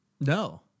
No